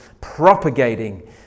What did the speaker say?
propagating